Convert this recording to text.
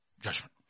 judgment